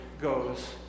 goes